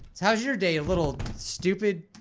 how's your day a little stupid?